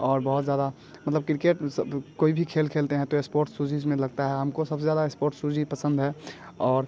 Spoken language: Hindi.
और बहुत ज़्यादा मतलब किरकेट स अब कोई भी खेल खेलते हैं तो स्पोर्ट्स सूजेज में लगता है हमको सबसे ज़्यादा स्पोर्ट सूज ही पसंद है और